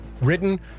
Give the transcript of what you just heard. Written